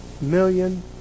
million